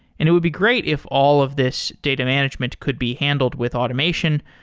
and it would be great if all of this data management could be handled with automation,